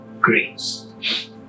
grace